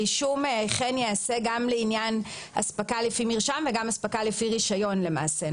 הרישום יעשה גם לעניין אספקה לפי מרשם וגם אספקה לפי רישיון למעשה,